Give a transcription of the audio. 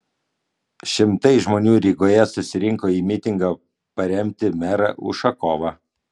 šimtai žmonių rygoje susirinko į mitingą paremti merą ušakovą